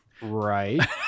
right